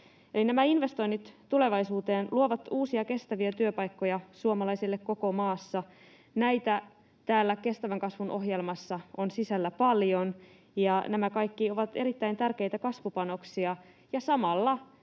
nämä investoinnit tulevaisuuteen luovat uusia, kestäviä työpaikkoja suomalaisille koko maassa. Näitä täällä kestävän kasvun ohjelmassa on sisällä paljon, ja nämä kaikki ovat erittäin tärkeitä kasvupanoksia ja samalla